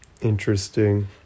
interesting